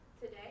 Today